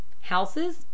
houses